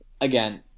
Again